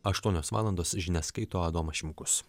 aštuonios valandos žinias skaito adomas šimkus